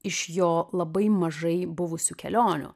iš jo labai mažai buvusių kelionių